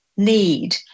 need